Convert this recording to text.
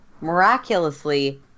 Miraculously